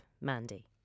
Mandy